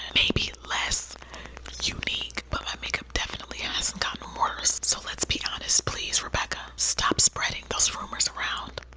maybe less unique, but my makeup definitely and hasn't gotten worse. so let's be honest please, rebecca. stop spreading those rumors around.